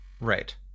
Right